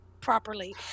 properly